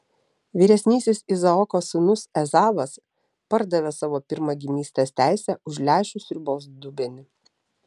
vyresnysis izaoko sūnus ezavas pardavė savo pirmagimystės teisę už lęšių sriubos dubenį